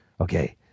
Okay